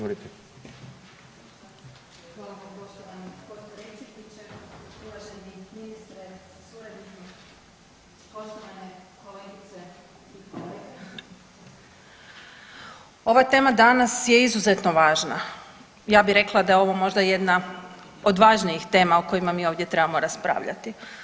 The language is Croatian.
ova tema danas je izuzetno važna, ja bi rekla da je ovo možda jedna od važnijih tema o kojima mi ovdje trebamo raspravljati.